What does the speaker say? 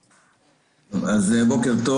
אז שוב בוקר טוב.